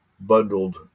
bundled